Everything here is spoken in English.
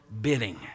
bidding